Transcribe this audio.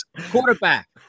quarterback